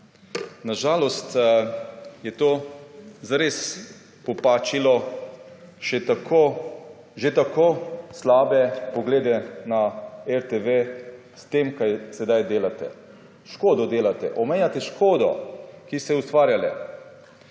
Na žalost je to zares popačilo že tako slabe poglede na RTV s tem, kar sedaj delate. Škodo delate, omenjate škodo, ki ste jo ustvarili.